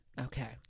Okay